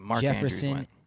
Jefferson